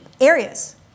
areas